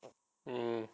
mm